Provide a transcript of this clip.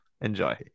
enjoy